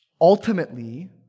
Ultimately